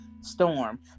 storm